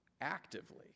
actively